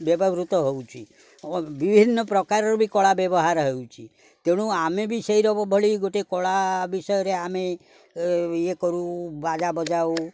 ବ୍ୟବହୃତ ହେଉଛି ବିଭିନ୍ନ ପ୍ରକାରର ବି କଳା ବ୍ୟବହାର ହେଉଛି ତେଣୁ ଆମେ ବି ସେଇ ଭଳି ଗୋଟେ କଳା ବିଷୟରେ ଆମେ ଇଏ କରୁ ବାଜା ବଜାଉ